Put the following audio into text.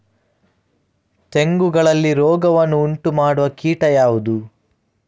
ತೆಂಗುಗಳಲ್ಲಿ ರೋಗವನ್ನು ಉಂಟುಮಾಡುವ ಕೀಟ ಯಾವುದು?